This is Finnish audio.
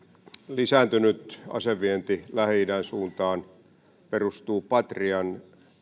lisääntynyt asevienti lähi idän suuntaan perustuu patrian